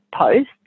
post